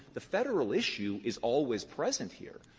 the federal issue is always present here.